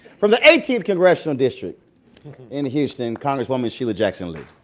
from the eighteenth congressional district in houston, congresswoman sheila jackson lee.